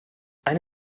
eine